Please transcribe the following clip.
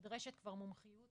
נדרשת כבר מומחיות